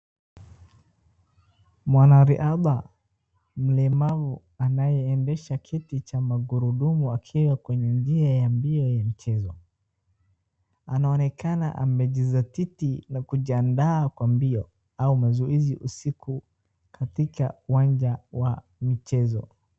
Mwanariadha mlemavu anayeendesha kiti cha magurudumu akiwa kwenye njia ya mbio ya mchezo , anaonekana amejizatiti na kujiandaa kwa mbio au mazoezi usiku katika uwanja wa michezo.